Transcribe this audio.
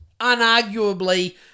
unarguably